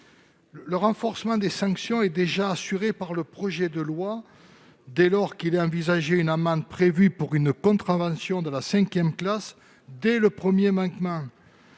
Le renforcement des sanctions est déjà assuré par le projet de loi, dès lors qu'il est envisagé une amende prévue pour une contravention de la cinquième classe dès le premier manquement.